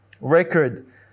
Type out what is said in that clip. record